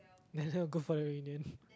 go for the reunion